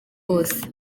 wose